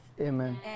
Amen